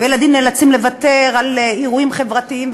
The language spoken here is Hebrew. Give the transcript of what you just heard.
וילדים נאלצים לוותר על אירועים חברתיים,